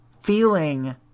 feeling